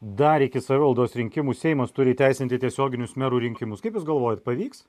dar iki savivaldos rinkimų seimas turi įteisinti tiesioginius merų rinkimus kaip jūs galvojat pavyks